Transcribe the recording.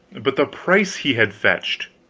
but the price he had fetched!